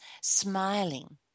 smiling